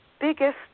biggest